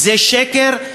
זה שקר,